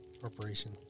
corporation